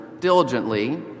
diligently